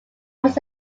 was